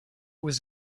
was